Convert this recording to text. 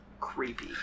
creepy